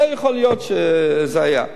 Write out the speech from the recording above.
זה יכול להיות שזה היה,